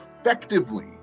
effectively